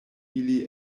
ili